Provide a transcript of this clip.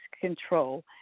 Control